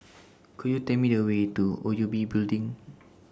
Could YOU Tell Me The Way to O U B Building